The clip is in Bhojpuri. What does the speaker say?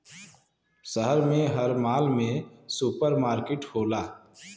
शहर में हर माल में सुपर मार्किट होला